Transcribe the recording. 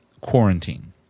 quarantine